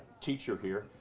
teacher here.